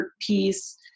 piece